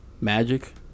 Magic